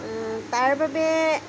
তাৰ বাবে